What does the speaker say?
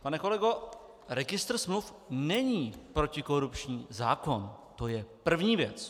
Pane kolego, registr smluv není protikorupční zákon, to je první věc.